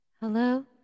Hello